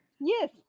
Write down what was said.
Yes